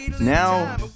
Now